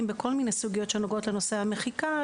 בכל מיני סוגיות שנוגעות לנושא המחיקה,